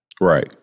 Right